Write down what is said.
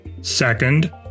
Second